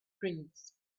dreams